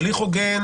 הליך הוגן